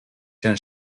jean